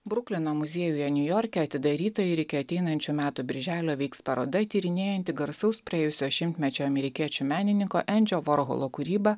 bruklino muziejuje niujorke atidaryta ir iki ateinančių metų birželio veiks paroda tyrinėjanti garsaus praėjusio šimtmečio amerikiečių menininko endžio vorholo kūrybą